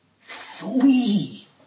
flee